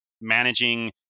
managing